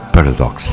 Paradox